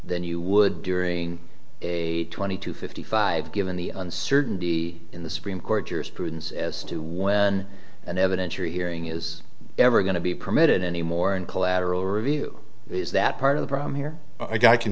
than you would during a twenty two fifty five given the uncertainty in the supreme court jurisprudence as to when an evidentiary hearing is ever going to be permitted anymore and collateral review is that part of the problem here a guy can